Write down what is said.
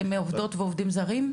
מעובדות ועובדים זרים?